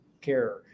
care